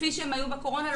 כפי שהם היו בקורונה,